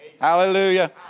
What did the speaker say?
Hallelujah